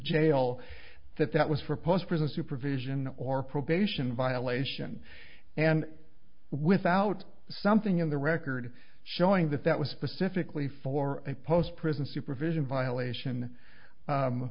jail that that was for post prison supervision or probation violation and without something in the record showing that that was specifically for a post prison supervision violation